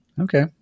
okay